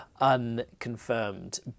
unconfirmed